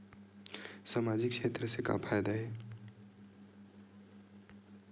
सामजिक क्षेत्र से का फ़ायदा हे?